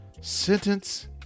sentence